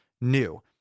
new